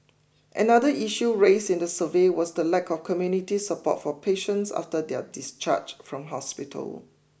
another issue raised in the survey was the lack of community support for patients after their discharge from hospital